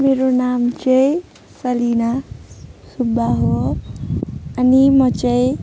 मेरो नाम चाहिँ सलिना सुब्बा हो अनि म चाहिँ